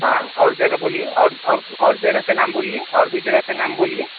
हाँ और जगह बोलिए और और और जगह का नाम बोलिए और भी जगह का नाम बोलिए